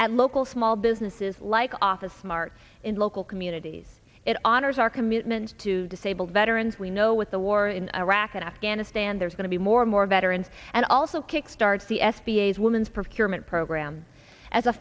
at local small businesses like office smarts in local communities it honors our commitment to disabled veterans we know with the war in iraq and afghanistan there's going to be more and more veterans and also kickstarts the s b a as woman's pro